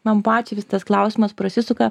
man pačiai vis tas klausimas prasisuka